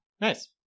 Nice